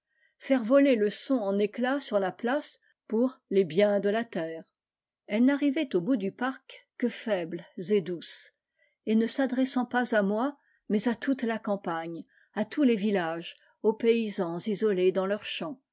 faire voler le son en éclats sur la place pour les biens de la terre elles n'arrivaient au bout du parc que faibles et douces et pe s'adressant pas à moi mais à toute la campagne à tous les vulages aux paysans isolés dans leur champ